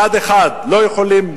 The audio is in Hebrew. מצד אחד לא יכולים,